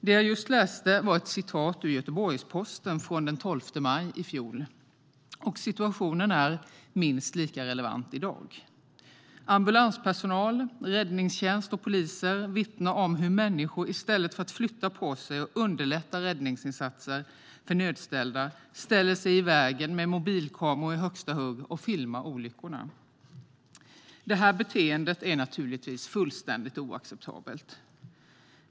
Det jag just läste var ett citat ur Göteborgs-Posten från den 12 maj i fjol. Situationen är minst lika relevant i dag. Ambulanspersonal, räddningstjänst och poliser vittnar om hur människor i stället för att flytta på sig och underlätta räddningsinsatser för nödställda ställer sig i vägen med mobilkameror i högsta hugg och filmar olyckorna. Det beteendet är naturligtvis fullständigt oacceptabelt.